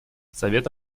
совет